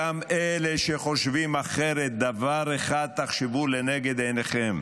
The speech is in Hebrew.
גם אלה שחושבים אחרת, דבר אחד ראו לנגד עיניכם: